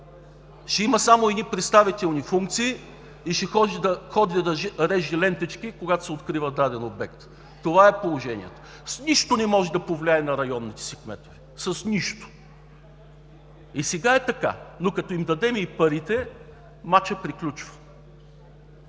Ще има само едни представителни функции да ходи да реже лентички, когато се открива даден обект. Това е положението – с нищо не може да повлияе на районните си кметове, с нищо! Така е сега, но като им дадем и парите, мачът приключва.